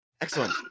Excellent